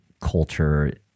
culture